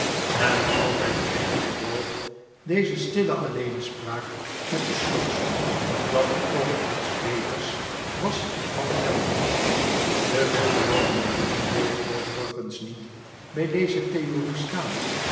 en altijd eindigde ralph deze stille alleenspraak met de slotsom dat er toch niets beters was dan geld de veelbelovende jongen bleef overigens niet bij deze theorie staan